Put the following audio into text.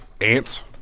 Ants